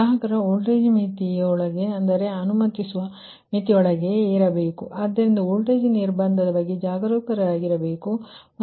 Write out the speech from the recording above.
ಗ್ರಾಹಕ ತುದಿಯಲ್ಲಿ ವೋಲ್ಟೇಜ್ ಮಿತಿಯೊಳಗೆ ಅಂದರೆ ಅನುಮತಿಸುವ ಮಿತಿಯೊಳಗೆ ಇರಬೇಕು ಆದ್ದರಿಂದ ವೋಲ್ಟೇಜ್ ನಿರ್ಬಂಧದ ಬಗ್ಗೆ ಜಾಗರೂಕರಾಗಿರಬೇಕು